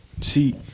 see